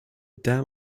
dam